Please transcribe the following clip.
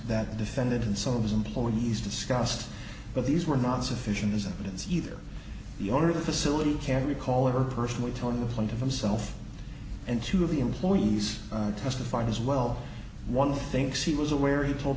that defended and some of his employees discussed but these were not sufficient is that it's either the owner of the facility can't recall ever personally told the plaintiff himself and two of the employees testified as well one thinks he was aware he told